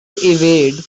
evade